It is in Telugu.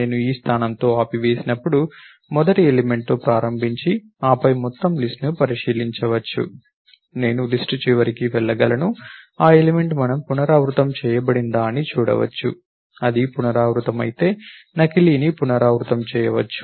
నేను ఈ స్థానంతో ఆపివేసినప్పటికీ మొదటి ఎలిమెంట్ తో ప్రారంభించి ఆపై మొత్తం లిస్ట్ ను పరిశీలించవచ్చు నేను లిస్ట్ చివరకి వెళ్లగలను ఆ ఎలిమెంట్ మనం పునరావృతం చేయబడిందా అని చూడవచ్చు అది పునరావృతమైతే నకిలీని పునరావృతం చేయవచ్చు